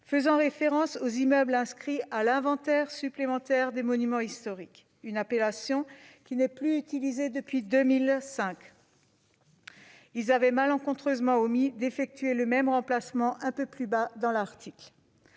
faisant référence aux immeubles inscrits à l'inventaire supplémentaire des monuments historiques, une appellation qui n'est plus utilisée depuis 2005. Ils avaient malencontreusement omis d'effectuer le même remplacement un peu plus bas dans l'article.